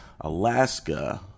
Alaska